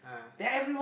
ah